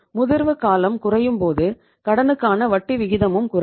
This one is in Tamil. முதிர்வுகாலம் குறையும்போது கடனுக்கான வட்டி விகிதமும் குறையும்